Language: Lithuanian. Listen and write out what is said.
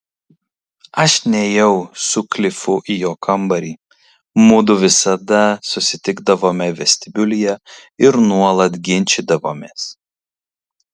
aš nėjau su klifu į jo kambarį mudu visada susitikdavome vestibiulyje ir nuolat ginčydavomės